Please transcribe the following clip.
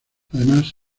además